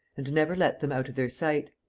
and never let them out of their sight.